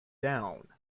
down